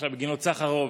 עכשיו בגינות סחרוב.